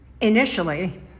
Initially